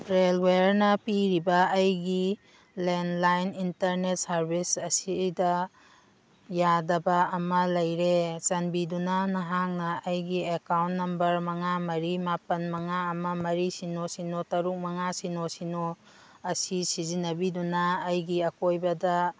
rail ꯋꯌꯔꯅ ꯄꯤꯔꯤꯕ ꯑꯩꯒꯤ ꯂꯦꯟꯂꯥꯏꯟ ꯏꯟꯇꯔꯅꯦꯠ ꯁꯥꯔꯕꯤꯁ ꯑꯁꯤꯗ ꯌꯥꯗꯕ ꯑꯃ ꯂꯩꯔꯦ ꯆꯥꯟꯕꯤꯗꯨꯅ ꯅꯍꯥꯛꯅ ꯑꯩꯒꯤ ꯑꯦꯀꯥꯎꯟ ꯅꯝꯕꯔ ꯃꯉꯥ ꯃꯔꯤ ꯃꯥꯄꯜ ꯃꯉꯥ ꯑꯃ ꯃꯔꯤ ꯁꯤꯅꯣ ꯁꯤꯅꯣ ꯇꯔꯨꯛ ꯃꯉꯥ ꯁꯤꯅꯣ ꯁꯤꯅꯣ ꯑꯁꯤ ꯁꯤꯖꯤꯟꯅꯕꯤꯗꯨꯅ ꯑꯩꯒꯤ ꯑꯀꯣꯏꯕꯗ